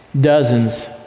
dozens